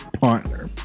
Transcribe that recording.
partner